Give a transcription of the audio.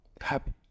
happy